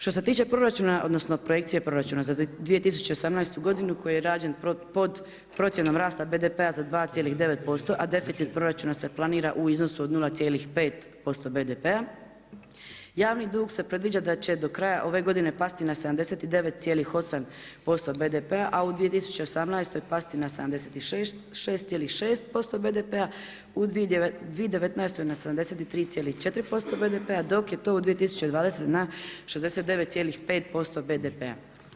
Što se tiče proračuna odnosno projekcije proračuna za 2018. godinu koji je rađen pod procjenom rasta BDP-a za 2,9% a deficit proračuna se planira u iznosu 0,5% BDP-a. javni dug se predviđa da će do kraja ove godine na 79,8% BDP-a a u 2018. pasti na 76,6% BDP-a. u 2019. na 73,4% BDP-a dok je to u 2020. na 69,5% BDP-a.